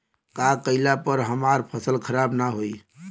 का कइला पर हमार फसल खराब ना होयी?